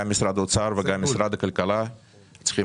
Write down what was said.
גם משרד האוצר וגם משרד האוצר צריכים